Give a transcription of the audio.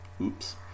Oops